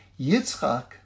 Yitzchak